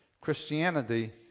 Christianity